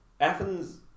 Athens